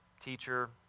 teacher